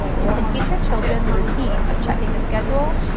you can teach your children the routine of checking the schedule,